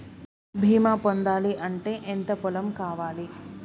బీమా పొందాలి అంటే ఎంత పొలం కావాలి?